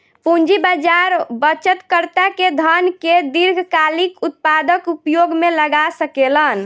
पूंजी बाजार बचतकर्ता के धन के दीर्घकालिक उत्पादक उपयोग में लगा सकेलन